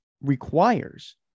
requires